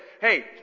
hey